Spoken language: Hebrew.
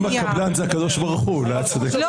אם הקבלן זה הקדוש ברוך הוא, אולי את צודקת.